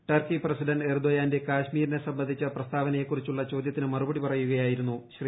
Turkey president എർദൊയാന്റെ കശ്മീരിനെ സംബന്ധിച്ച പ്രസ്താവനയെ കുറിച്ചുള്ള ചോദൃത്തിന് മറുപടി പറയുകയായിരുന്നു ശ്രീ